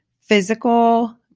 physical